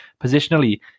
positionally